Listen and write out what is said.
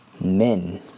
men